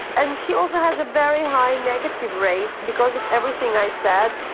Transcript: and she also has a very high negative rate because of everything i said.